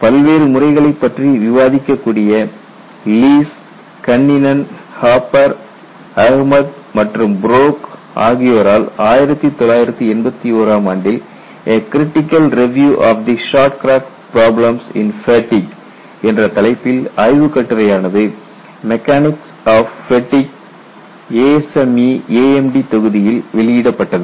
பல்வேறு முறைகளைப் பற்றி விவாதிக்க கூடிய லீஸ் கண்ணினென் ஹாப்பர் அஹ்மத் மற்றும் Brock Leis Kanninen Hopper Ahmad and Brock ஆகியோரால் 1981 ஆம் ஆண்டில் " a critical review of the short crack problems in fatigue " என்ற தலைப்பில் ஆய்வுக் கட்டுரையானது mechanics of fatigue ASME AMD தொகுதியில் வெளியிடப்பட்டது